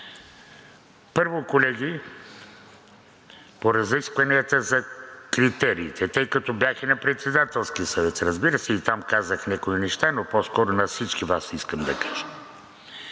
Първо, колеги, по разискванията за критериите. Тъй като бях и на Председателския съвет, разбира се, и там казах някои неща, но по скоро на всички Вас искам да кажа.